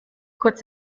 kurz